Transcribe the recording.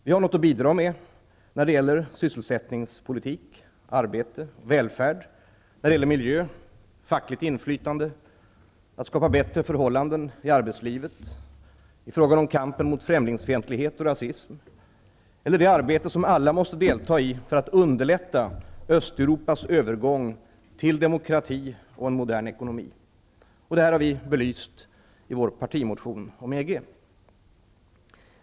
Vi har något att bidra med när det gäller sysselsättningspolitik, arbete och välfärd, när det gäller miljö, fackligt inflytande, att skapa bättre förhållanden i arbetslivet, i frågan om kampen mot främligsfientlighet och rasism, och det arbete som alla måste delta i för att underlätta Östeuropas övergång till demokrati och en modern ekonomi. Detta har vi belyst i vår partimotion om EG.